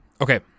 okay